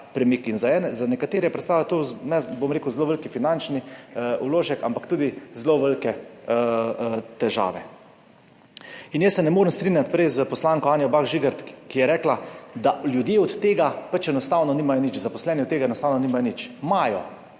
vsak premik. Za nekatere predstavlja to zelo velik finančni vložek in tudi zelo velike težave. In jaz se ne morem strinjati prej s poslanko Anjo Bah Žibert, ki je rekla, da ljudje od tega pač zaposleni od tega enostavno nimajo nič. Imajo,